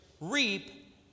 reap